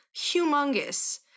humongous